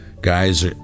guys